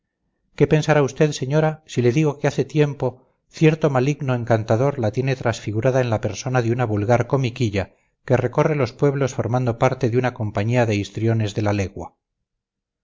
qué pensará usted señora si le digo que hace tiempo cierto maligno encantador la tiene transfigurada en la persona de una vulgar comiquilla que recorre los pueblos formando parte de una compañía de histriones de la legua